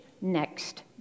next